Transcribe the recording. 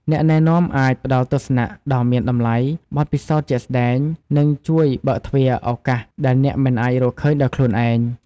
អ្នកណែនាំអាចផ្តល់ទស្សនៈដ៏មានតម្លៃ បទពិសោធន៍ជាក់ស្តែង និងជួយបើកទ្វារឱកាសដែលអ្នកមិនអាចរកឃើញដោយខ្លួនឯង។